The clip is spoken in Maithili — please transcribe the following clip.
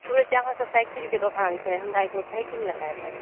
सुनै छियै अहाँकेॅं साइकिलके दोकान छै हमरा एगो साइकिल लेनाइ रहै